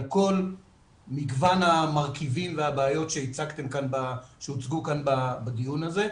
על כל מגוון המרכיבים והבעיות שהוצגו כאן בדיון הזה.